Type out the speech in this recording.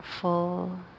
full